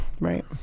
Right